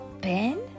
ben